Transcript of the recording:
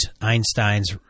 Einstein's